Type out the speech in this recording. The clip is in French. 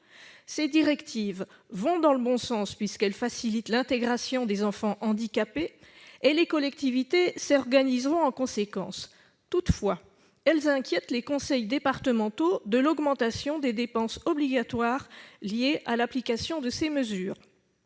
Ces directives vont dans le bon sens, puisqu'elles facilitent l'intégration des enfants handicapés, et les collectivités s'organiseront en conséquence. Toutefois, les conseils départementaux s'inquiètent de l'augmentation des dépenses obligatoires liées à l'application de ces mesures.